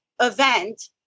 event